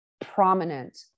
prominent